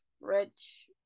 rich